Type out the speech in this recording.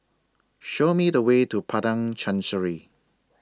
Show Me The Way to Padang Chancery